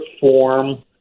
form